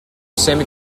semi